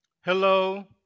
Hello